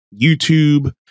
YouTube